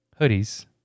Hoodies